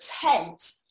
tent